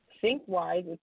Think-wise